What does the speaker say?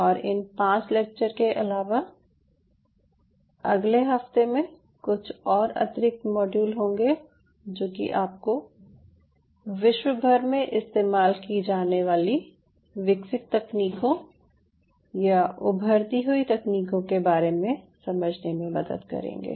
और इन 5 लेक्चर के अलावा अगले हफ्ते में कुछ और अतिरिक्त मॉड्यूल होंगे जो कि आपको विश्व भर में इस्तेमाल की जाने वाली विकसित तकनीकों या उभरती हुई तकनीकों के बारे में समझने में मदद करेंगे